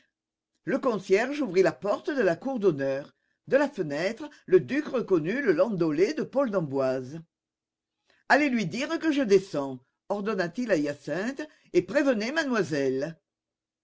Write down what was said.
le concierge ouvrit la porte de la cour d'honneur de la fenêtre le duc reconnut le landaulet de paul d'emboise allez lui dire que je descends ordonna-t-il à hyacinthe et prévenez mademoiselle